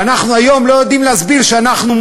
ואנחנו היום לא יודעים להסביר שאנחנו,